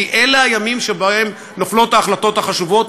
כי אלה הימים שבהם נופלות ההחלטות החשובות,